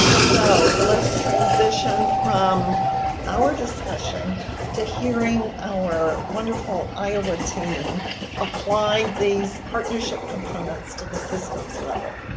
so, let's transition from our discussion to hearing our wonderful iowa team apply these partnership components to the systems level.